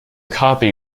copy